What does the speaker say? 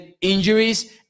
injuries